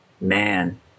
Man